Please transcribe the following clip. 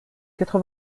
quatre